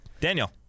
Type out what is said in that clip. Daniel